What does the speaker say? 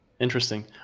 Interesting